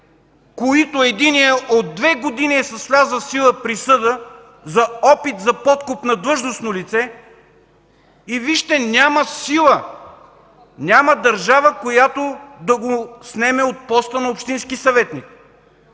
които от две години е с влязла в сила присъда за опит за подкуп на длъжностно лице, и вижте, няма сила, няма държава, която да го снеме от поста на общински съветник.